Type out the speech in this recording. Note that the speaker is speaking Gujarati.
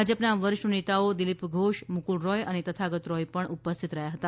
ભાજપના વરિષ્ઠ નેતાઓ દિલીપ ઘોષ મુકુલ રોય અને તથાગત રોય પણ ઉપસ્થિત રહ્યા હતા